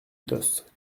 tosse